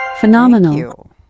Phenomenal